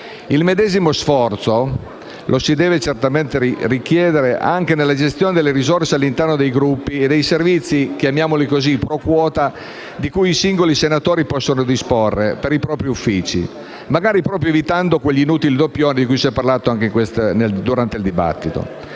Il medesimo sforzo lo si deve certamente richiedere anche nella gestione delle risorse all'interno dei Gruppi e dei servizi - chiamiamoli così - *pro* quota di cui i singoli senatori possono disporre per i propri uffici, magari proprio evitando quegli inutili doppioni di cui si è parlato anche durante il dibattito.